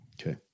Okay